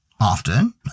often